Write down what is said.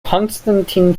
konstantin